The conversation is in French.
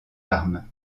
armes